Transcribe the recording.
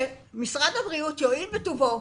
שמשרד הבריאות יואיל בטובו